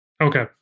okay